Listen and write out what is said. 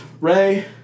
Ray